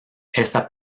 esta